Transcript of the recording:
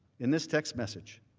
in this text messages.